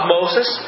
Moses